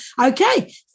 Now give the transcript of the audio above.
Okay